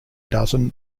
dozen